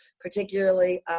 particularly